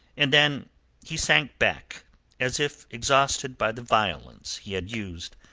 and then he sank back as if exhausted by the violence he had used.